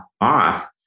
off